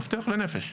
מפתח לנפש,